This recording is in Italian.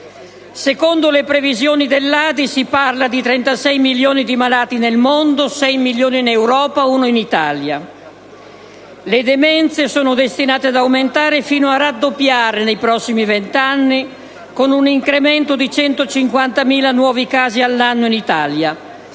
International* (ADI) si parla di 36 milioni di malati nel mondo, di cui 6 milioni in Europa e un milione in Italia. Le demenze sono destinate ad aumentare fino a raddoppiare nei prossimi vent'anni, con un incremento di 150.000 nuovi casi all'anno in Italia;